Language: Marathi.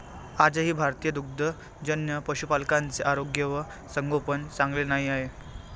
आजही भारतीय दुग्धजन्य पशुपालकांचे आरोग्य व संगोपन चांगले नाही आहे